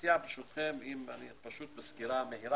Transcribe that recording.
תודה על האפשרות לסקירה.